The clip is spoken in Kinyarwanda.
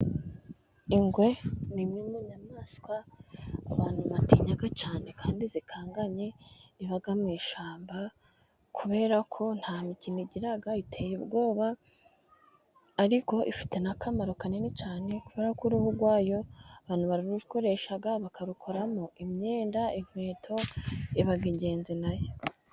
Ingwe ni imwe nyamaswa abantu batinya cyane, kandi ikanganye, iba mu ishyamba kubera ko nta mikino igira, iteye ubwoba, ariko ifite n'akamaro kanini cyane, kubera ko uruhu rwayo abantu bararukoresha, bakarukoramo imyenda, inkweto iba ingenzi nayo.